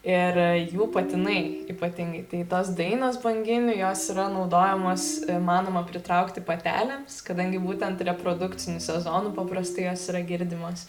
ir jų patinai ypatingai tai tos dainos banginių jos yra naudojamos manoma pritraukti patelėms kadangi būtent reprodukciniu sezonu paprastai jos yra girdimos